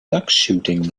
duckshooting